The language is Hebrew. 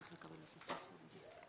צריך לקבל בשפה הספרדית.